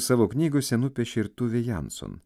savo knygose nupiešė ir tuvė janson